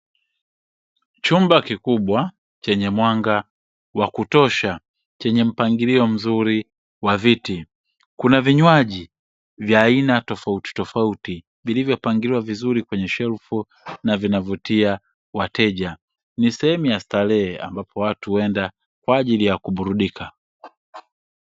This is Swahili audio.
Chumba kikubwa chenye mwanga wa kutosha kuna vinywaji vya aina mbalimbali vilivyopangwa kwenye kabati ni sehemu ya starehe ambapo watu huenda kuburudika